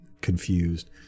confused